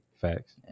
Facts